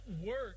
work